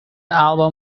album